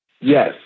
Yes